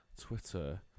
Twitter